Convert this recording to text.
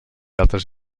altres